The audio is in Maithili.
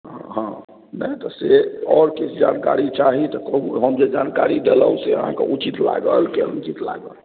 हँ नहि तऽ से आओर किछु जानकारी चाही तऽ कहू हम जे जानकारी देलहुँ से अहाँकेँ उचित लागल कि अनुचित लागल